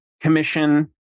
commission